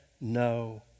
no